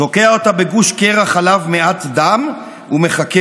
תוקע אותה בגוש קרח שעליו מעט דם ומחכה.